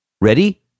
ready